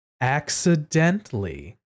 accidentally